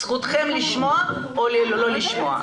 זכותכם לשמוע או לא לשמוע.